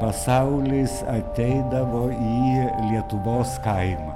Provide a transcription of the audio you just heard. pasaulis ateidavo į lietuvos kaimą